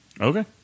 Okay